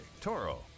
Toro